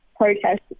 protest